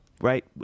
right